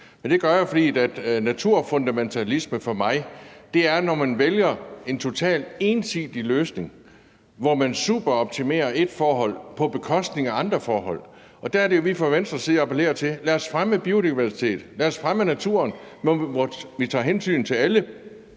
har jeg gjort, fordi naturfundamentalisme for mig er, når man vælger en totalt ensidig løsning, hvor man superoptimerer ét forhold på bekostning af andre forhold. Og der er det jo, at vi fra Venstres side appellerer til: Lad os fremme biodiversitet, lad os fremme naturen, hvor vi tager hensyn til alle